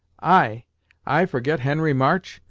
i i forget henry march!